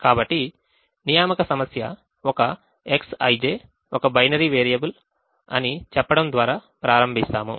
కాబట్టి assignment problem Xij ఒక binary variable అని చెప్పడం ద్వారా ప్రారంభిస్తాము